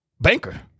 banker